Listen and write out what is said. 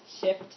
shift